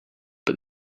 but